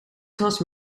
zoals